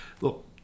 look